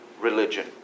religion